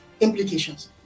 implications